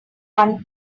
one